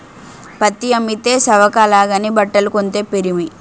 పత్తి అమ్మితే సవక అలాగని బట్టలు కొంతే పిరిమి